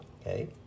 okay